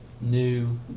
new